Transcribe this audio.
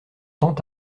tend